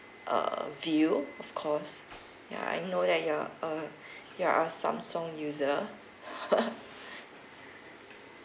err view of course yeah I know that you're a you're a samsung user